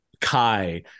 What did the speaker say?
Kai